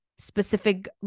Specific